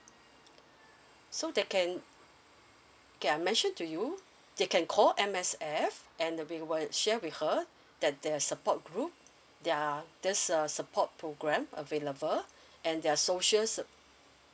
so they can okay I mentioned to you they can call M_S_F and we would share with her that there support group there are this uh support program available and there are social su~